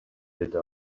деди